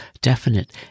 definite